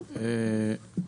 היושב-ראש,